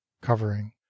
covering